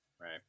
Right